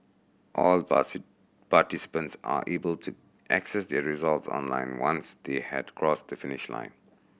all participants are able to access their results online once they had crossed the finish line